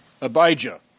Abijah